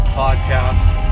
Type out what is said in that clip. podcast